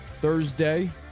Thursday